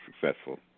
successful